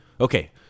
Okay